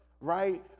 right